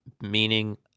meaning